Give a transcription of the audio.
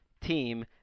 Team